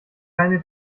keine